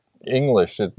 English